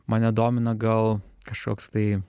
mane domina gal kažkoks tai